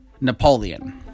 Napoleon